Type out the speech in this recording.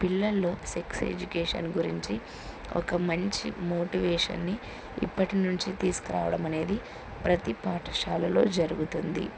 పిల్లల్లో sex education గురించి ఒక మంచి మోటివేషన్ని ఇప్పటి నుంచి తీసుకురావడం అనేది ప్రతి పాఠశాలలో జరుగుతుంది